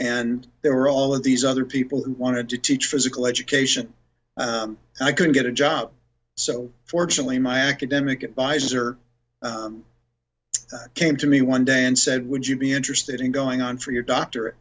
and there were all of these other people who wanted to teach physical education i could get a job so fortunately my academic advisor came to me one day and said would you be interested in going on for your doctor